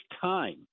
time